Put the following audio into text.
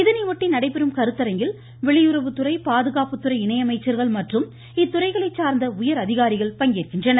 இதனையொட்டி நடைபெறும் கருத்தரங்கில் வெளியுறவுத்துறை பாதுகாப்புத்துறை இணையமைச்சர்கள் மற்றும் இத்துறைகளைச் சார்ந்த உயரதிகாரிகள் பங்கேற்கின்றனர்